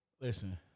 Listen